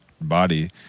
body